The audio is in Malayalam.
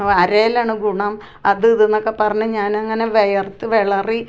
അരയിലാണ് ഗുണം അത് ഇത് എന്നൊക്കെ പറഞ്ഞ് ഞാനങ്ങനെ വിയർത്ത് വിളറി